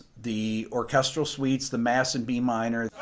the orchestral suites the mass and b-minor